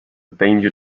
danger